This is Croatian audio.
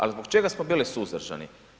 A zbog čega smo bili suzdržani?